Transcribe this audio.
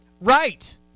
Right